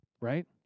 right